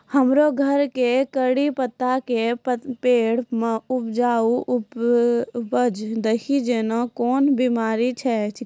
हमरो घर के कढ़ी पत्ता के पेड़ म उजला उजला दही जेना कोन बिमारी छेकै?